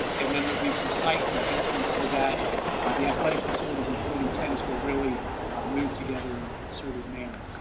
and then there'll be some site enhancement, so that the athletic facilities, including tennis, will really move together in a concerted manner.